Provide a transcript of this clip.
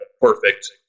perfect